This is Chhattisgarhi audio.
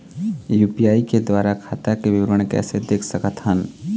यू.पी.आई के द्वारा खाता के विवरण कैसे देख सकत हन?